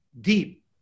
deep